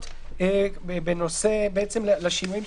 בעניין.